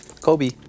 Kobe